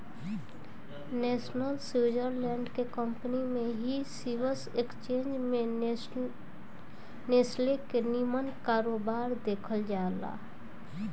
Nestle Switzerland के company हिय Swiss exchange में नेस्ले के निमन कारोबार देखल जाला